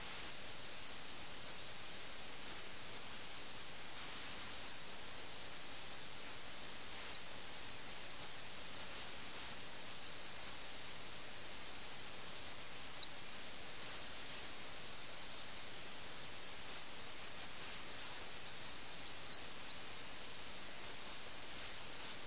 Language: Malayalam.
ചെസ്സ് കളിയിൽ നിന്ന് ഒഴിഞ്ഞുമാറാനും രാജാവിൽ നിന്നുള്ള ഈ ദൂതനെ കാണാനും പോലും അവർക്ക് ധൈര്യമില്ല